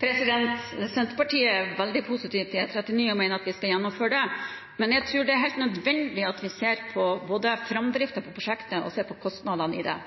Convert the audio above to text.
Senterpartiet er veldig positivt til E39 og mener at vi skal gjennomføre det. Men jeg tror det er helt nødvendig at vi ser på både framdriften i prosjektet og kostnadene i det.